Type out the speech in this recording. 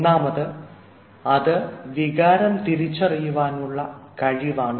ഒന്നാമത് അത് വികാരം തിരിച്ചറിയുവാനുള്ള കഴിവാണ്